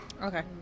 Okay